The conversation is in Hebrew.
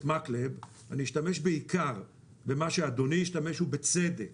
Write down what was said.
מקלב אני אשתמש בעיקר במה שאדוני השתמש ובצדק,